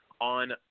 on